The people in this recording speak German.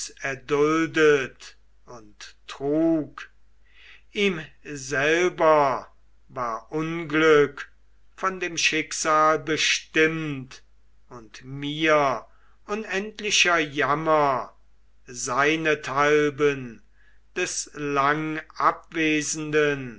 erduldet und trug ihm selber war unglück von dem schicksal bestimmt und mir unendlicher jammer seinethalben des